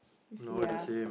you see ah